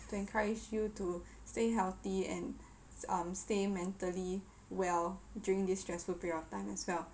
to encourage you to stay healthy and um stay mentally well during this stressful period of time as well